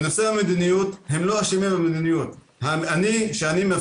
האם ה-40 וה-60 מיליון הם